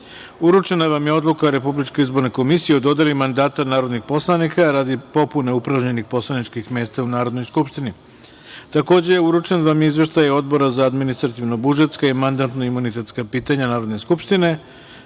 vam je Odluka Republičke izborne komisije o dodeli mandata narodnih poslanika radi popune upražnjenih poslaničkih mesta u Narodnoj skupštini. Takođe, uručen vam je Izveštaj Odbora za administrativno-budžetska i mandatno-imunitetska pitanja Narodne skupštine,